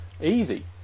Easy